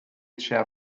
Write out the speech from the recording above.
chair